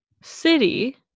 city